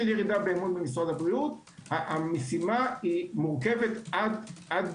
של ירידה באמון במשרד הבריאות המשימה מורכבת עד